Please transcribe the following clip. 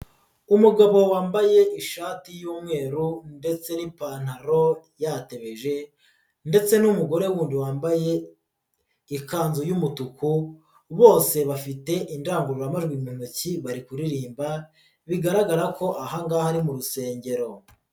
Umugabo wambaye ishati y'umweru ndetse n'ipantaro yatebeje ndetse n'umugore wundi wambaye ikanzu y'umutuku, bose bafite indangururamanjwi mu ntoki bari kuririmba bigaragara ko aha ngaha mu rusengero.